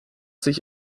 sich